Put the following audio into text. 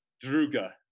Druga